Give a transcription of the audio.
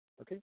Okay